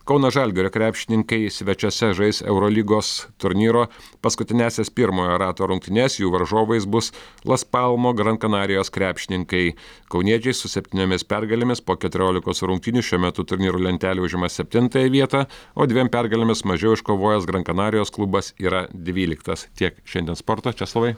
kauno žalgirio krepšininkai svečiuose žais eurolygos turnyro paskutiniąsias pirmojo rato rungtynes jų varžovais bus las palmo gran kanarijos krepšininkai kauniečiai su septyniomis pergalėmis po keturiolikos rungtynių šiuo metu turnyro lentelėje užima septintąją vietą o dviem pergalėmis mažiau iškovojęs gran kanarijos klubas yra dvyliktas tiek šiandien sporto česlovai